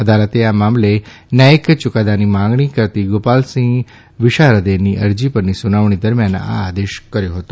અદાલતે આ મામલે ન્યાયિક યુકાદાની માંગણી કરતી ગોપાલ સિંહ વિશારદેની અરજી પરની સુનાવણી દરમ્યાન આ આદેશ કર્યો હતો